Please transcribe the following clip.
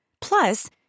Plus